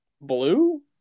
Blue